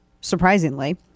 surprisingly